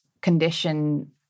condition